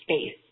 space